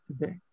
today